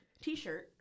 t-shirt